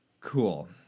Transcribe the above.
Cool